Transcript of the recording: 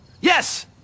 Yes